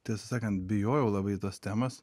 tiesą sakant bijojau labai tos temos